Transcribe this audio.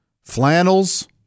Flannels